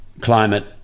climate